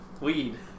Weed